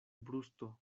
brusto